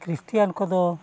ᱠᱷᱨᱤᱥᱴᱟᱱ ᱠᱚᱫᱚ